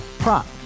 Prop